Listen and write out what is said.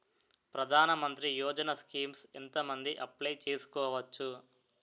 ప్రధాన మంత్రి యోజన స్కీమ్స్ ఎంత మంది అప్లయ్ చేసుకోవచ్చు?